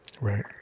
Right